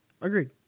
Agreed